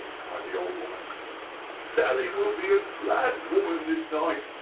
cried the old woman sally will be a glad woman this night.